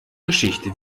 geschichte